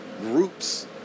groups